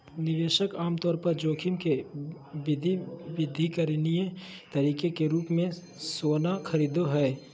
निवेशक आमतौर पर जोखिम के विविधीकरण के तरीके के रूप मे सोना खरीदय हय